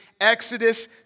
Exodus